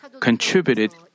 contributed